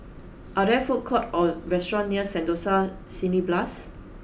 are there food courts or restaurants near Sentosa Cineblast